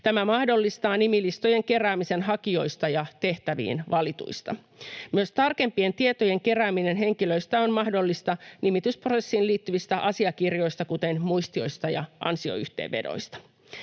Tämä mahdollistaa nimilistojen keräämisen hakijoista ja tehtäviin valituista. Myös tarkempien tietojen kerääminen henkilöistä on mahdollista nimitysprosessiin liittyvistä asiakirjoista, kuten muistioista ja ansioyhteenvedoista.